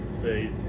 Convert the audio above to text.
say